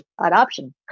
adoption